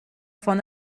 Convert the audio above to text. von